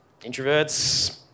Introverts